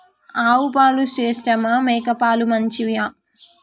ఆవు పాలు శ్రేష్టమా మేక పాలు మంచియా?